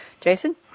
Jason